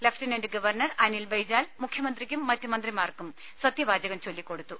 lieutenant governor Anil Baijal മുഖ്യമ ന്ത്രിക്കും മറ്റ് മന്ത്രിമാർക്കും സത്യവാചകം ചൊല്ലിക്കൊടുത്തു